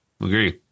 Agree